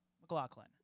McLaughlin